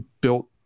built